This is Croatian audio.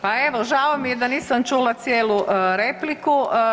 Pa evo, žao mi je da nisam čula cijelu repliku.